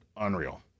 unreal